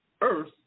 earth